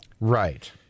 Right